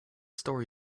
story